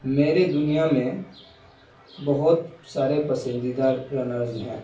میرے دنیا میں بہت سارے پسندیدہ رنرز ہیں